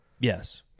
Yes